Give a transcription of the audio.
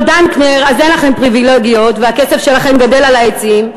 דנקנר אז אין לכם פריבילגיות והכסף שלכם גדל על העצים,